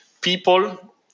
people